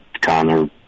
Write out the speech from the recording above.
Connor